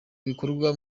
bikorwa